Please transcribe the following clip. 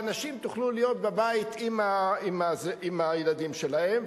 והנשים יוכלו להיות בבית עם הילדים שלהן.